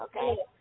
Okay